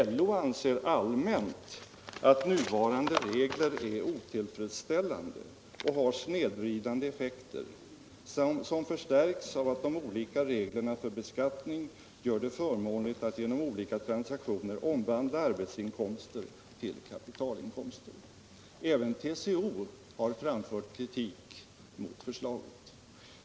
LO anser allmänt att nuvarande regler är otillfredsställande och har snedvridande effekter som förstärks av att reglerna för beskattning gör det förmånligt att genom olika transaktioner omvandla arbetsinkomster till kapitalinkomster. Även TCO har framfört kritik mot förslaget.